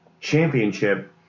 Championship